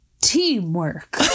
teamwork